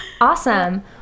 Awesome